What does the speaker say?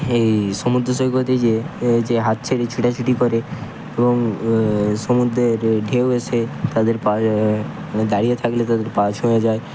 এই সমুদ্র সৈকতে যেয়ে যে হাত ছেড়ে ছোটাছুটি করে এবং সমুদ্রের ঢেউ এসে তাদের পায়ে দাঁড়িয়ে থাকলে তাদের পা ছুঁয়ে যায়